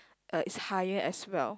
uh it's a higher as well